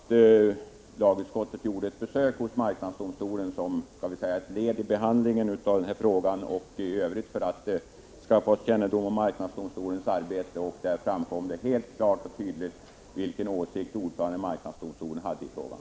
Herr talman! Lagutskottet gjorde ett besök hos marknadsdomstolen som ett led i behandlingen av frågan och för att skaffa sig kännedom om marknadsdomstolens arbete. Där framkom det helt klart och tydligt vilken åsikt ordföranden i marknadsdomstolen hade i frågan.